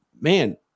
man